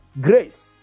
Grace